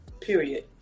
Period